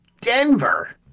Denver